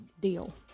Deal